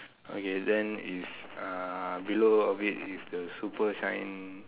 okay then is uh below of it is the super shine